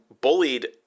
bullied